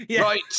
Right